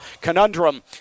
conundrum